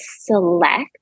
select